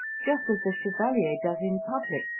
just as the chevalier does in public,